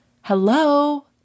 Hello